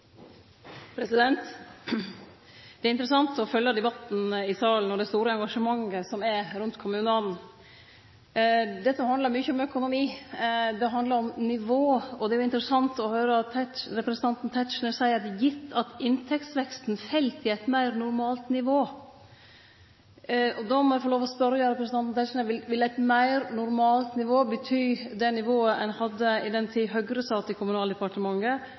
Det er interessant å følgje debatten i salen og det store engasjementet som er rundt kommunane. Dette handlar mykje om økonomi, det handlar om nivå, og det er interessant å høyre representanten Tetzschner seie: «Gitt at inntektsveksten faller til et mer normalt nivå». Då må eg få lov til å spørje representanten Tetzschner: Vil «et mer normalt nivå» bety det nivået ein hadde i den tida Høgre sat i Kommunaldepartementet?